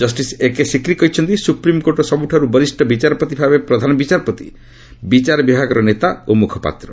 justice A K Sikri କହିଛନ୍ତି ସୁପ୍ରିମ୍କୋର୍ଟର ସବୁଠାରୁ ବରିଷ୍ଣ ବିଚାରପତି ଭାବେ ପ୍ରଧାନ ବିଚାରପତି ବିଚାର ବିଭାଗର ନେତା ଓ ମୁଖପାତ୍ର